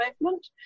movement